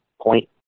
point